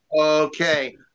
Okay